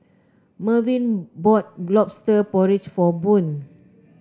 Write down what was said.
Mervin bought lobster porridge for Boone